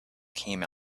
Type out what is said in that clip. came